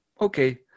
okay